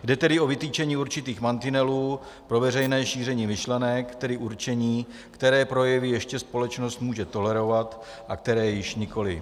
Jde tedy o vytyčení určitých mantinelů pro veřejné šíření myšlenek, tedy určení, které projevy ještě společnost může tolerovat a které již nikoliv.